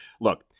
look